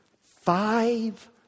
five